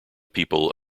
people